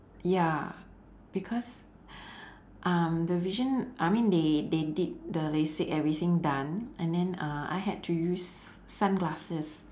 ya because um the vision I mean they they did the lasik everything done and then uh I had to use sunglasses